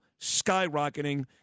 skyrocketing